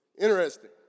Interesting